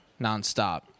nonstop